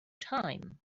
time